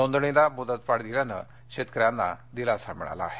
नोंदणीला मुदत वाढ दिल्याने शेतकऱ्यांना दिलासा मिळाला आहे